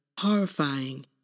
horrifying